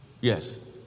Yes